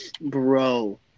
Bro